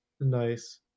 nice